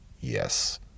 yes